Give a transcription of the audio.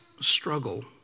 struggle